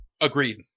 Agreed